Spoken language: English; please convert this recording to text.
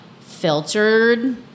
filtered